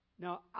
Now